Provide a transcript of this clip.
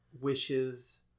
wishes